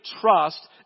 trust